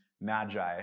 magi